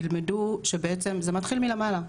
ילמדו שבעצם זה מתחיל מלמעלה.